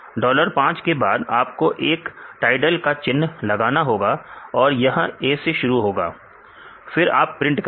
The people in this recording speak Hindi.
डॉलर 5 के बाद आपको एक टाइडल का चिन्ह लगाना होगा और यह A से शुरू होगा फिर आप प्रिंट करें